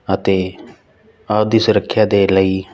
ਅਤੇ ਆਦਿ ਸੁਰੱਖਿਆ ਦੇਣ ਲਈ